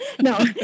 No